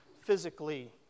physically